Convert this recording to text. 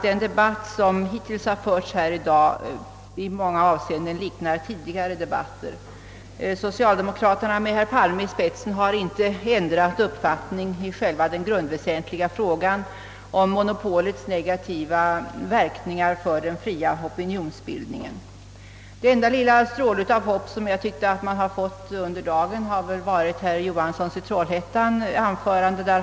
Den debatt som förts i dag liknar i många avseenden tidigare debatter. Socialdemokraterna med herr Palme i spetsen har inte ändrat uppfattning i den grundväsentliga frågan om monopolets negativa verkningar för den fria opinionsbildningen. Den enda lilla stråle av hopp vi fått under dagen tycker jag var herr Johanssons i Trollhättan anförande.